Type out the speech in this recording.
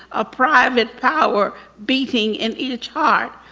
a private power beating in each heart.